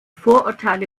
vorurteile